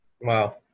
Wow